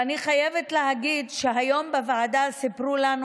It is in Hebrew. ואני חייבת להגיד שהיום בוועדה סיפרו לנו